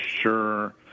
sure